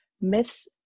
Myths